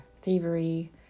thievery